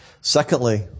Secondly